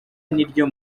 niryo